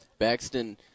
Baxton